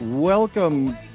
Welcome